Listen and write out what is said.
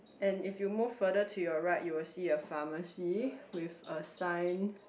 and if you move further to your right you will see a pharmacy with a sign